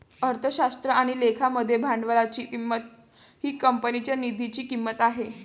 अर्थशास्त्र आणि लेखा मध्ये भांडवलाची किंमत ही कंपनीच्या निधीची किंमत आहे